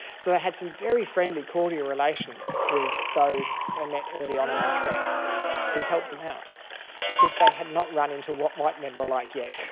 so they had some very friendly cordial relations with those they met early on in their trek who helped them out because they had not run into what white men were like yet.